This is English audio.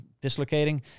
dislocating